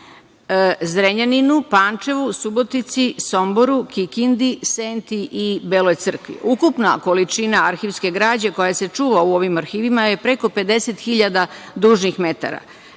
Zrenjaninu, Pančevu, Subotici, Somboru, Kikindi, Senti i Beloj crkvi. Ukupna količina arhivske građe koja se čuva u ovim arhivima je preko 50 hiljada dužnih metara.